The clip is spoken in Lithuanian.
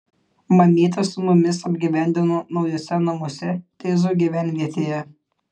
mamytę su mumis apgyvendino naujuose namuose teizų gyvenvietėje